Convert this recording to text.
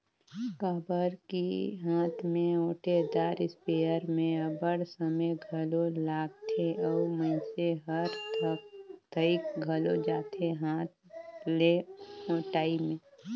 काबर कि हांथ में ओंटेदार इस्पेयर में अब्बड़ समे घलो लागथे अउ मइनसे हर थइक घलो जाथे हांथ ले ओंटई में